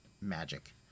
magic